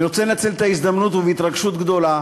אני רוצה לנצל את ההזדמנות, ובהתרגשות גדולה